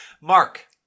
Mark